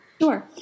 Sure